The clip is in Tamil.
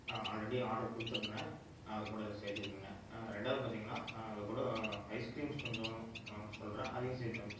ஆல்ரெடி ஆர்டர் கொடுத்துருந்தேன் அதுக்கூட இது சேர்த்துக்குங்க ரெண்டாவது பார்த்தீங்கன்னா அதுக்கூட ஐஸ்க்ரீம்ஸ் கொஞ்சம் சொல்கிறேன் அதையும் சேர்த்து அனுப்ச்சுடுங்க